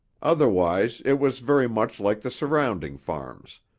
otherwise it was very much like the surrounding farms,